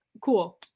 cool